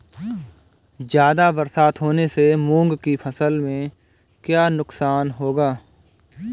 ज़्यादा बरसात होने से मूंग की फसल में क्या नुकसान होगा?